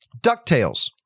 DuckTales